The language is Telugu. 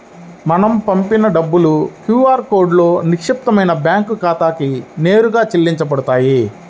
మనం పంపిన డబ్బులు క్యూ ఆర్ కోడ్లో నిక్షిప్తమైన బ్యేంకు ఖాతాకి నేరుగా చెల్లించబడతాయి